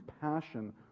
passion